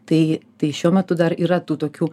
tai tai šiuo metu dar yra tų tokių